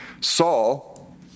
Saul